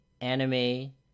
anime